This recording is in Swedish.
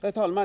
Herr talman!